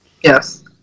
Yes